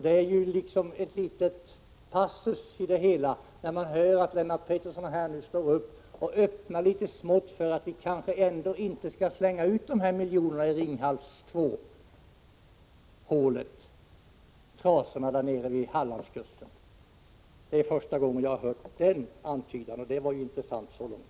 Det är en liten passus i det hela, när Lennart Pettersson här öppnar litet smått för att vi kanske ändå inte skall slänga ut dessa miljoner i Ringhals 2-hålet, trasorna där nere vid Hallandskusten. Det var första gången jag hörde en sådan antydan, och det var intressant så långt.